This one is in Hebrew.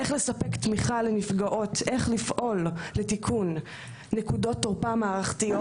איך לספק תמיכה לנפגעות ואיך לפעול לתיקון נקודות תורפה מערכתיות.